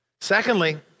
Secondly